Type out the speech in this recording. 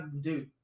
dude